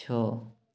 ଛଅ